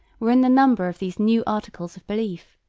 were in the number of these new articles of belief